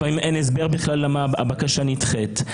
לפעמים אין בכלל הסבר למה הבקשה נדחית.